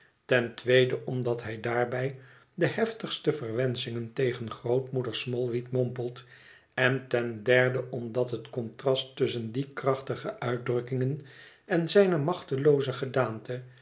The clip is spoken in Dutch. ten tweede omdat hij daarbij de heftigste verwenschingen tegen grootmoeder smallweed mompelt en ten derde omdat het contrast tusschen die krachtige uitdrukkingen en zijne machtelooze gedaante